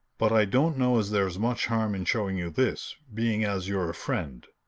but i don't know as there's much harm in showing you this, being as you're a friend.